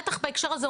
בטח בהקשר הזה,